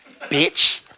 Bitch